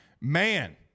man